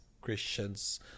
Christians